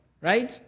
right